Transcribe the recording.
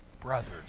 brothers